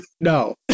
no